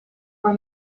were